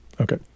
Okay